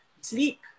Sleep